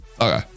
Okay